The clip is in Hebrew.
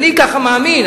אני ככה מאמין,